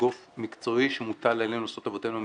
כגוף מקצועי שמוטל עלינו לעשות את עבודתנו המקצועית,